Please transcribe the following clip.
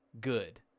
good